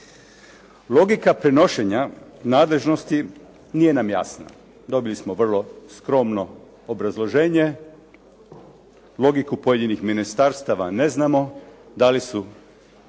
Logika prenošenja nadležnosti nije nam jasna. Dobili smo vrlo skromno obrazloženje, logiku pojedinih ministarstava ne znamo da li su